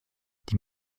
die